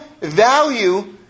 value